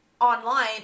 online